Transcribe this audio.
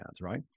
right